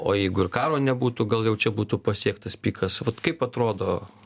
o jeigu ir karo nebūtų gal jau čia būtų pasiektas pikas vat kaip atrodo